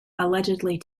allegedly